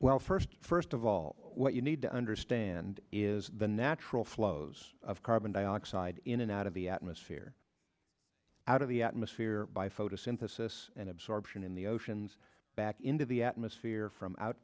well for first of all what you need to understand is the natural flows of carbon dioxide in and out of the atmosphere out of the atmosphere by photosynthesis and absorption in the oceans back into the atmosphere from out